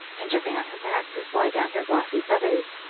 and jumping on her back to slide down her glossy feathers.